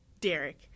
Derek